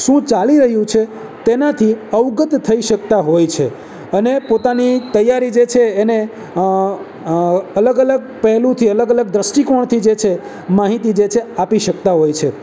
શું ચાલી રહ્યું છે તેનાથી અવગત થઈ શકતા હોય છે અને પોતાની તૈયારી જે છે એને અલગ અલગ પહેલુંથી અલગ અલગ દૃષ્ટિકોણથી જે છે માહિતી જે છે આપી શકતા હોય છે